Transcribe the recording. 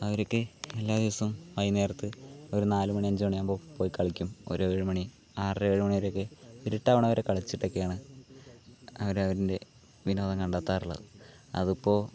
അവർക്ക് എല്ലാ ദിവസവും വൈകുന്നേരത്ത് ഒരു നാല് മണി അഞ്ച് മണിയാവുമ്പോൾ പോയി കളിക്കും ഒരേഴ് മണി ആറര ഏഴ് മണി വരെയൊക്കെ ഇരുട്ടാവണവരെ കളിച്ചിട്ടൊക്കെയാണ് അവരവരിൻ്റെ വിനോദം കണ്ടെത്താറുള്ളത് അത് ഇപ്പോൾ